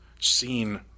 seen